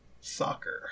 Soccer